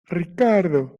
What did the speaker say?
ricardo